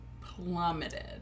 Plummeted